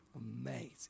Amazing